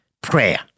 prayer